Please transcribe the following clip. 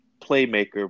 playmaker